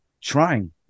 trying